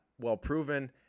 well-proven